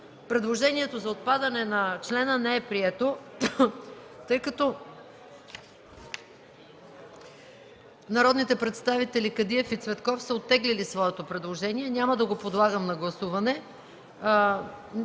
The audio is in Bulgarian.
Предложението за отпадане на члена не е прието. Тъй като народните представители Кадиев и Цветков са оттеглили своето предложение, няма да го подлагам на гласуване.